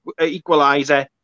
equaliser